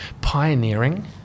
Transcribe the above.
pioneering